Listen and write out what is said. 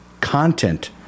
Content